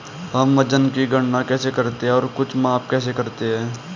हम वजन की गणना कैसे करते हैं और कुछ माप कैसे करते हैं?